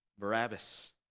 Barabbas